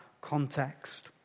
context